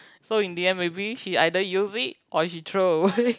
so in the end maybe she either use it or she throw away